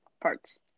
parts